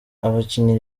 abakinnyi